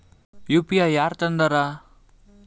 UPI ಯಾರ್ ತಂದಾರ?